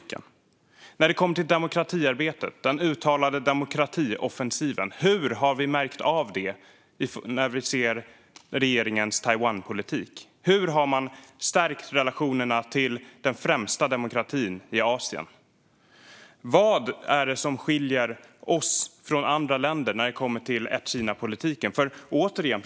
Hur har vi, när det gäller demokratiarbetet, märkt av den uttalade demokratioffensiven i regeringens Taiwanpolitik? Hur har man stärkt relationerna till den främsta demokratin i Asien? Vad är det som skiljer oss från andra länder när det gäller ett-Kina-politiken?